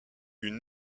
une